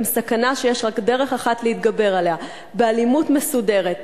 הם סכנה שיש רק דרך אחת להתגבר עליה: באלימות מסודרת.